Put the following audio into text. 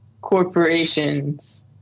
corporations